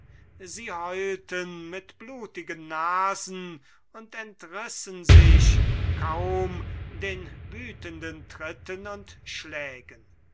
sie heulten mit blutigen nasen und entrissen sich kaum den wütenden tritten und schlägen